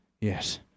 Yes